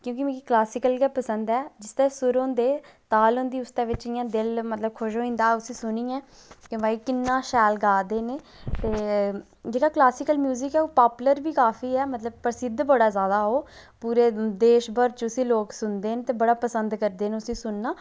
कि मिगी क्लासीकल गै पसंद ऐ जिसदा सुर होंदे ताल हुंदी उसदे बिच्च इयां देल मतलब खुश होई जंदा उसी सुनिये के भाई किन्ना शैल गा दे न ते जेह्ड़ा क्लासीकल म्युजिक ऐ ओह् पापुलर बी काफी ऐ मतलब प्रसिद्ध बड़ा ज्यादा ओह् पूरे देश भर च उसी लोग सुनदे न ते बड़ा पसंद करदे न उसी सुनना